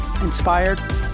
inspired